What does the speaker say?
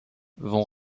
vont